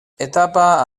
etapa